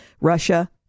Russia